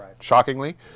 shockingly